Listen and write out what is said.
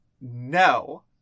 No